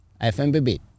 fmbb